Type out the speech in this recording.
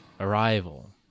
Arrival